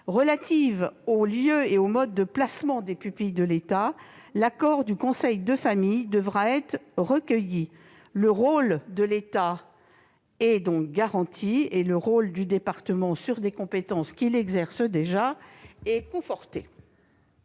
relative au lieu et au mode de placement des pupilles de l'État, l'accord du conseil de famille devra être recueilli. Le rôle de l'État est donc garanti et le rôle du département sur des compétences qu'il exerce déjà est conforté.